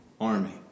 army